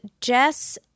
Jess